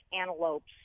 antelopes